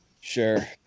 Sure